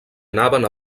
anaven